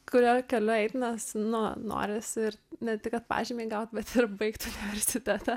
kuriuo keliu eit nes nu norisi ir ne tik kad pažymį gaut bet ir baigt universitetą